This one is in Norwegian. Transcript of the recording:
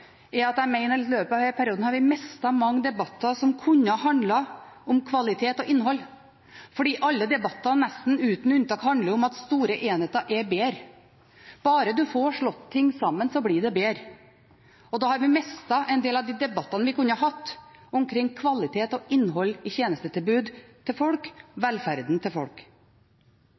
jeg, er at i løpet av denne perioden har vi mistet mange debatter som kunne handlet om kvalitet og innhold. Alle debatter – nesten uten unntak – har handlet om at store enheter er bedre. Bare en får slått ting sammen, blir det bedre. Vi har mistet en del av de debattene vi kunne hatt om kvalitet og innhold i tjenestetilbudet til folk, om velferden til folk.